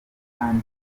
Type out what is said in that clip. kandi